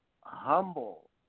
humble